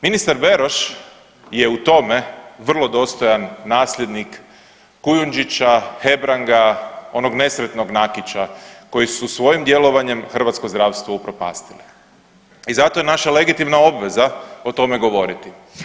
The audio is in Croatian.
Ministar Beroš je u tome vrlo dostojan nasljednik Kujundžića, Hebranga, onog nesretnog Nakića koji su svojim djelovanjem hrvatsko zdravstvo upropastili i zato je naša legitimna obveza o tome govoriti.